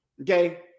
okay